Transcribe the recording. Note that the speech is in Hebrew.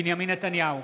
בנימין נתניהו,